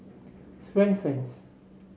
Swensens